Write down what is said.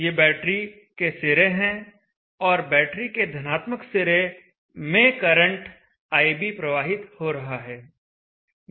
ये बैटरी के सिरें हैं और बैटरी के धनात्मक सिरे में करंट ib प्रवाहित हो रहा है